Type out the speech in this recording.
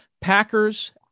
Packers